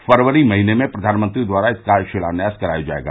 फरवरी महीने में प्रधानमंत्री द्वारा इसका शिलान्यास कराया जायेगा